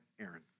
Aaron